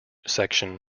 section